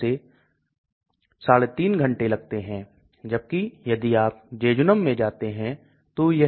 यह कम गतिविधि का प्रदर्शन करेगा क्योंकि घुलनशीलता कम है